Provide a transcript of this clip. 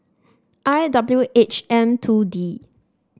I W H M two D